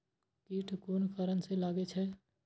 कीट कोन कारण से लागे छै?